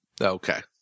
Okay